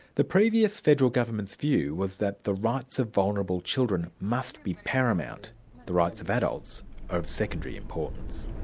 the previous federal government's view was that the rights of vulnerable children must be paramount the rights of adults are of secondary importance.